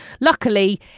Luckily